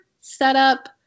setup